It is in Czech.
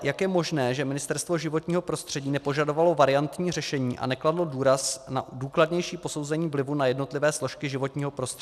Jak je možné, že Ministerstvo životního prostředí nepožadovalo variantní řešení a nekladlo důraz na důkladnější posouzení vlivů na jednotlivé složky životního prostředí?